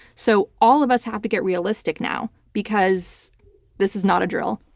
so all of us have to get realistic now because this is not a drill.